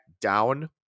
down